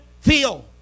feel